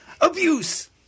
abuse